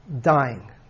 dying